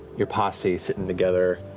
your posse sitting together.